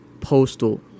Postal